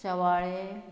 सवाळे